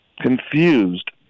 Confused